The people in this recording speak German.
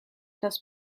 das